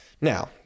now